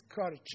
culture